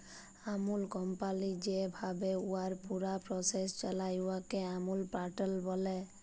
আমূল কমপালি যেভাবে উয়ার পুরা পরসেস চালায়, উয়াকে আমূল প্যাটার্ল ব্যলে